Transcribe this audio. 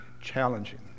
challenging